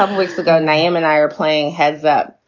um weeks ago niam and i are playing heads up,